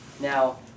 Now